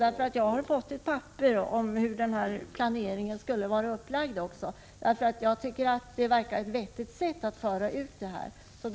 Jag har dessutom fått ett papper om hur den här planeringen skulle vara upplagd. Jag tycker att dess uppläggning verkar vara ett vettigt sätt att föra ut information om dessa frågor.